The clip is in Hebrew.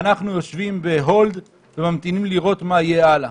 ואנחנו יושבת ב-Hold וממתינים לראות מה יהיה הלאה.